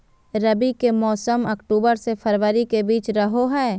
रबी के मौसम अक्टूबर से फरवरी के बीच रहो हइ